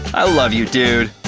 i love you, dude!